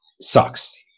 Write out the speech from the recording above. sucks